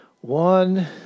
one